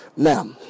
Now